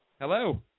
Hello